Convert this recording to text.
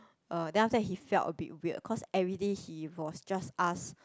um then after that he felt a bit weird cause everyday he was just asked